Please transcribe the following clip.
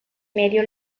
medio